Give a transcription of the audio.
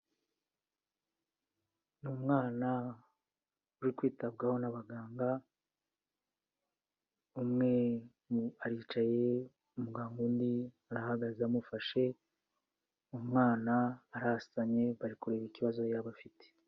Ni umwana uri kwitabwaho n'abaganga, umwe aricaye, umuganga undi arahagaze amufashe, umwana arasamye bari kureba ikibazo yaba afite.